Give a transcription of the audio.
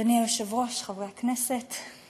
אדוני היושב-ראש, חברי הכנסת,